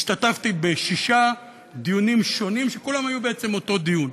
השתתפתי בשישה דיונים שונים שכולם היו בעצם אותו דיון.